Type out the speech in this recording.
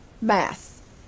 math